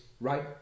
right